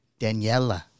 Daniela